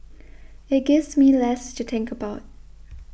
it gives me less to think about